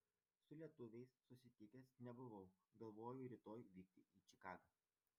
su lietuviais susitikęs nebuvau galvoju rytoj vykti į čikagą